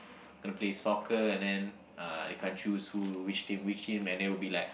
gonna play soccer and then uh they can't choose who which team which team and then will be like